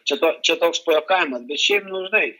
čia to čia toks pajuokavimas bet šiaip nu žinai